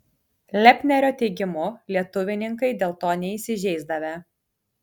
lepnerio teigimu lietuvininkai dėl to neįsižeisdavę